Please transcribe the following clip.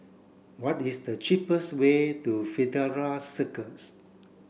what is the cheapest way to Fidelio Circus